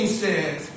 says